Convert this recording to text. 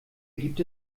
gibt